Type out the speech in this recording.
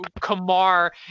Kamar